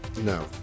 no